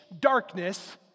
darkness